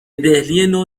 دهلینو